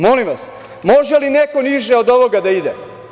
Molim vas, može li neko niže od ovoga da ide?